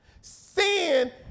sin